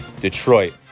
Detroit